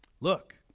Look